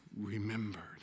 remembered